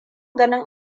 ganin